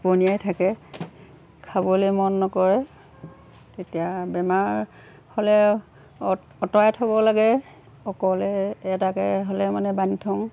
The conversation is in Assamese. টুপনিয়াই থাকে খাবলৈ মন নকৰে তেতিয়া বেমাৰ হ'লে আঁতৰাই থ'ব লাগে অকলে এটাকৈ হ'লে মানে বান্ধি থওঁ